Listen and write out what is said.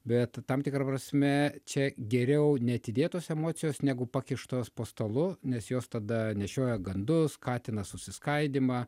bet tam tikra prasme čia geriau neatidėtos emocijos negu pakištos po stalu nes jos tada nešioja gandus skatina susiskaidymą